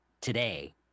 today